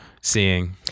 seeing